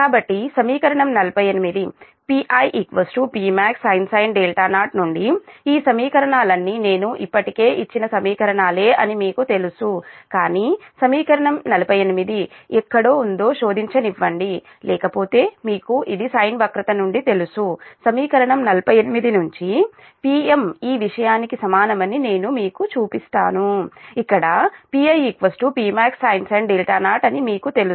కాబట్టి సమీకరణం 48 Pi Pmaxsin 0 నుండి ఈ సమీకరణాలన్నీ నేను ఇప్పటికే ఇచ్చిన సమీకరణాలే అని మీకు తెలుసు కానీ సమీకరణం 48 ఎక్కడ ఉందో శోధించనివ్వండి లేకపోతే మీకు ఇది సైన్ వక్రత నుండి తెలుసు సమీకరణం 48 నుంచి Pm ఈ విషయానికి సమానమని నేను మీకు చూపిస్తాను ఇక్కడ Pi Pmaxsin 0 అని మీకు తెలుసు